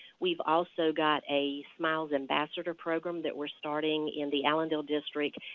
we've also got a smiles ambassador program that we're starting in the allendale district.